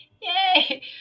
Yay